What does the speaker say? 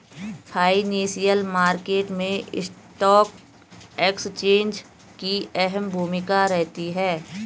financial market मैं stock exchange की अहम भूमिका रहती है